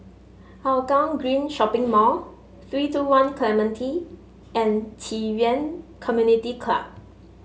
Hougang Green Shopping Mall three two One Clementi and Ci Yuan Community Club